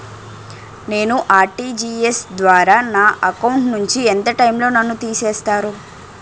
నేను ఆ.ర్టి.జి.ఎస్ ద్వారా నా అకౌంట్ నుంచి ఎంత టైం లో నన్ను తిసేస్తారు?